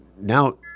now